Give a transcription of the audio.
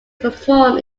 perform